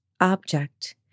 object